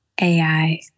AI